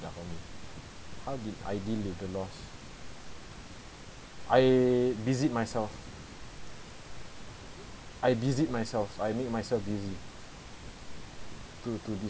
ya for me how did I deal with the loss I busied myself I busied myself I make myself busy to to